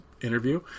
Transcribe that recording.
interview